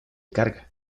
carga